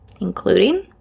including